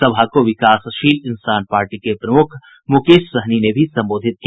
सभा को विकासशील इंसान पार्टी के प्रमुख मुकेश सहनी ने भी संबोधित किया